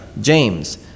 James